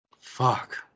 fuck